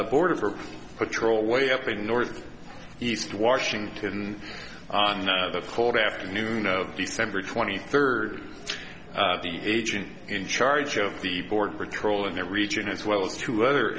the border patrol way up in north east washington on the cold afternoon of december twenty third the agent in charge of the border patrol in that region as well as two other